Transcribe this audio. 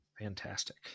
Fantastic